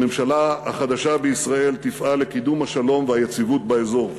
הממשלה החדשה בישראל תפעל לקידום השלום והיציבות באזור.